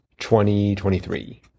2023